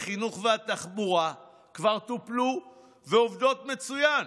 החינוך והתחבורה כבר טופלו ועובדות מצוין.